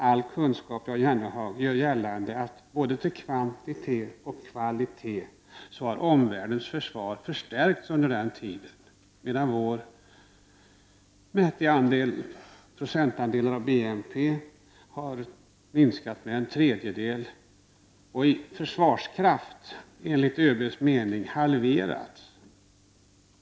All kunskap, Jan Jennehag, gör gällande att både till kvantitet och till kvalitet har omvärldens försvar förstärkts under den tiden, medan vårt försvar mätt i procentandelar av BNP har minskat med en tredjedel. Enligt ÖB:s mening har det i försvarskraft halverats.